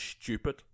stupid